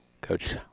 Coach